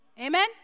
Amen